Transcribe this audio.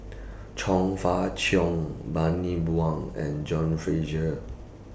Chong Fah Cheong Bani Buang and John Fraser